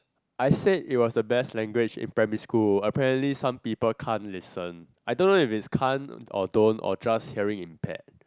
I said it was the best language in primary school apparently some people can't listen I don't know if it's can't or don't or just hearing impaired